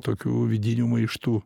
tokių vidinių maištų